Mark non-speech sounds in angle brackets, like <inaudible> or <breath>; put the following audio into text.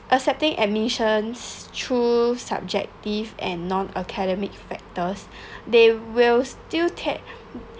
accepting admissions through subjective and non-academic factors <breath> they will still take